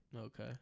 Okay